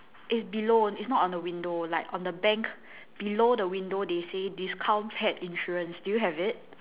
it's below it's not on the window like on the bank below the window they say discount pet insurance do you have it